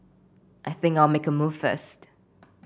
I think I'll make a move first